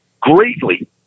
greatly